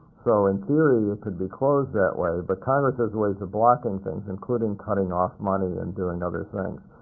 so in theory, it could be closed that way. but congress has ways of blocking things, including cutting off money and doing other things.